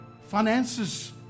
Finances